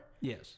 yes